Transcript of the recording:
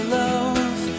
love